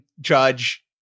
Judge